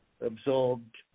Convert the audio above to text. absorbed